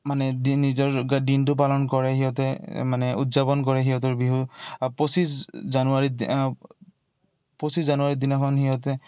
মানে নিজৰ দিনটো পালন কৰে সিহঁতে মানে উদযাপন কৰে সিহঁতৰ বিহু পঁচিছ জানুৱাৰী পঁচিছ জানুৱাৰীৰ দিনাখন সিহঁতে